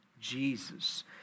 Jesus